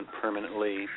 permanently